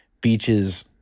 beaches